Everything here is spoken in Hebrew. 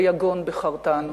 ליגון בחרתנו".